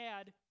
add